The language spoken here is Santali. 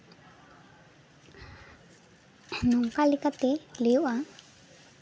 ᱱᱚᱝᱠᱟ ᱞᱮᱠᱟᱛᱮ ᱞᱟᱹᱭᱳᱜᱼᱟ